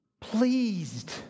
pleased